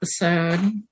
episode